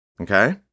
okay